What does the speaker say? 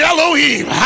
Elohim